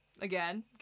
Again